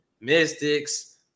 Mystics